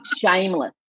shameless